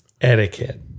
etiquette